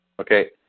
Okay